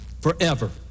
forever